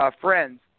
friends